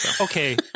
okay